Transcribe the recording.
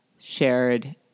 shared